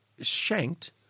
shanked